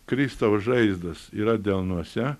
kristaus žaizdos yra delnuose